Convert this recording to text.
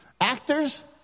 Actors